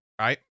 right